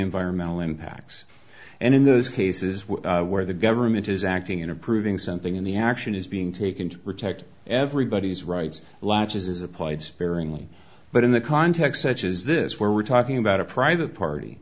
environmental impacts and in those cases where the government is acting in approving something in the action is being taken to protect everybody's rights lapses is applied sparingly but in the context is this where we're talking about a private party